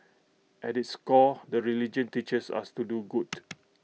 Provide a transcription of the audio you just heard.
at its core the religion teaches us to do good